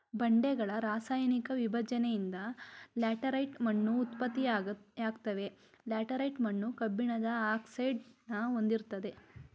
ಬಂಡೆಗಳ ರಾಸಾಯನಿಕ ವಿಭಜ್ನೆಯಿಂದ ಲ್ಯಾಟರೈಟ್ ಮಣ್ಣು ಉತ್ಪತ್ತಿಯಾಗ್ತವೆ ಲ್ಯಾಟರೈಟ್ ಮಣ್ಣು ಕಬ್ಬಿಣದ ಆಕ್ಸೈಡ್ನ ಹೊಂದಿರ್ತದೆ